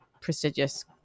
prestigious